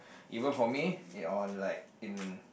even for me in all like in